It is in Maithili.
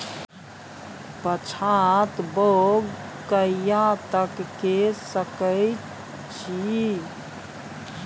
पछात बौग कहिया तक के सकै छी?